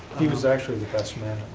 he was actually the best man